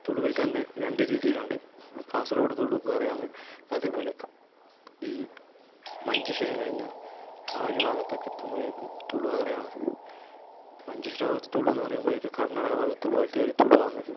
തുളുവിൽ തന്നെ രണ്ട് രീതിയിലുണ്ട് കാസർഗോഡ് തുളു വേറെയാന്ന് അതേപോലെ ഈ മഞ്ചേശ്വരം കഴിഞ്ഞാൽ ആ ഒരു ഭാഗത്തൊക്കെ എത്തുമ്പോഴേക്കും തുളു വേറെയാണ് മഞ്ചേശ്വരം ഭാഗത്ത് തുളുവെന്നു പറയുമ്പോഴത്തേക്കും കർണാടക ഭാഗത്തെ പോലത്തെയൊരു തുളുവാണ്